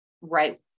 right